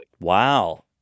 Wow